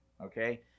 okay